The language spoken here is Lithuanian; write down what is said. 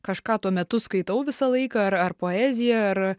kažką tuo metu skaitau visą laiką ar ar poeziją ar